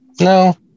No